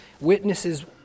witnesses